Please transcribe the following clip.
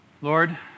Lord